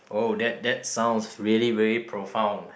oh that that sounds really very profound